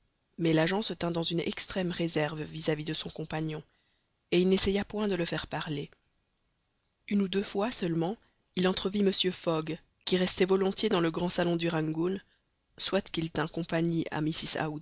mais l'agent se tint dans une extrême réserve vis-à-vis de son compagnon et il n'essaya point de le faire parler une ou deux fois seulement il entrevit mr fogg qui restait volontiers dans le grand salon du rangoon soit qu'il tînt compagnie à mrs